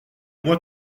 moi